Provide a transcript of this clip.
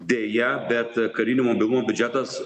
deja bet karinio mobilumo biudžetas